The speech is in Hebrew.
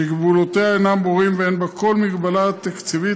שגבולותיה אינם ברורים ואין בה כל הגבלה תקציבית,